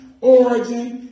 origin